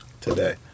today